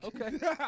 okay